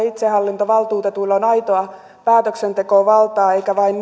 itsehallintovaltuutetuilla on aitoa päätöksentekovaltaa eikä vain